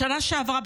בשנה שעברה,